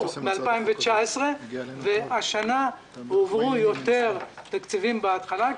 ב-2019 והשנה הועברו יותר תקציבים בהתחלה,